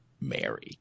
Mary